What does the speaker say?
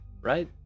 right